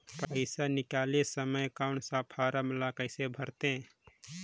पइसा निकाले समय कौन सा फारम ला कइसे भरते?